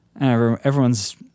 everyone's